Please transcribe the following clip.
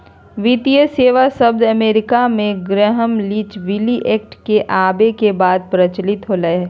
वित्तीय सेवा शब्द अमेरिका मे ग्रैहम लीच बिली एक्ट के आवे के बाद प्रचलित होलय